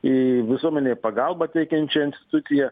į visuomenei pagalbą teikiančią instituciją